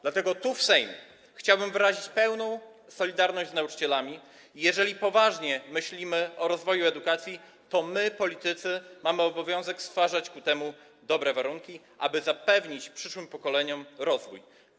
Dlatego tu, w Sejmie, chciałbym wyrazić pełną solidarność z nauczycielami i jeżeli poważnie myślimy o rozwoju edukacji, to my, politycy, mamy obowiązek stwarzać ku temu dobre warunki, aby zapewnić przyszłym pokoleniom rozwój.